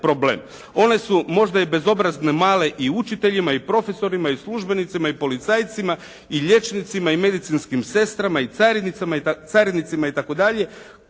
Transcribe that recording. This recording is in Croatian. One su možda i bezobrazno male i učiteljima i profesorima, i službenicima i policajcima i liječnicima i medicinskim sestrama i carinicama itd.,